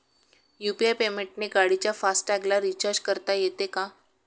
UPI पेमेंटने गाडीच्या fast टॅगला रिर्चाज करता येते का?